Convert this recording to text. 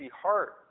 heart